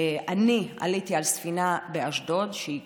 אני עליתי על ספינה שהגיעה